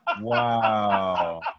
Wow